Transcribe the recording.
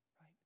right